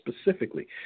specifically